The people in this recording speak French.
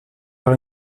par